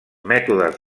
mètodes